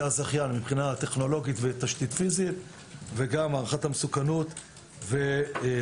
הזכיין מבחינה טכנולוגית ותשתית פיזית וגם הערכת המסוכנות והריחוק,